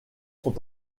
sont